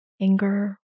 anger